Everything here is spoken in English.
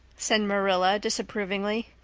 said marilla disapprovingly.